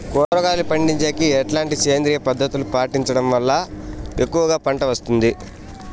కూరగాయలు పండించేకి ఎట్లాంటి సేంద్రియ పద్ధతులు పాటించడం వల్ల ఎక్కువగా పంట వస్తుంది?